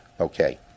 Okay